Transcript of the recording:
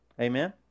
Amen